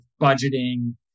budgeting